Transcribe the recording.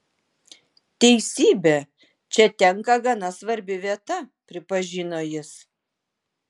teisybė čia tenka gana svarbi vieta pripažino jis